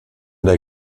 der